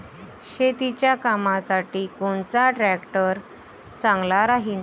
शेतीच्या कामासाठी कोनचा ट्रॅक्टर चांगला राहीन?